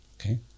Okay